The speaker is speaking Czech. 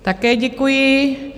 Také děkuji.